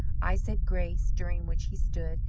i said grace, during which he stood,